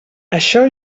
això